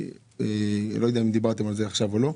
אני לא יודע אם דיברתם על זה עכשיו או לא.